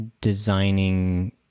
designing